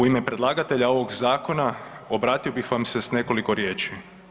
U ime predlagatelja ovog zakona obratio bih vam se s nekoliko riječi.